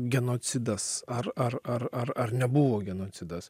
genocidas ar ar ar ar ar nebuvo genocidas